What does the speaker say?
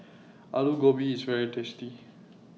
Aloo Gobi IS very tasty